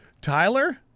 Tyler